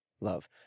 love